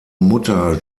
mutter